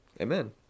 Amen